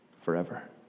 forever